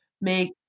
make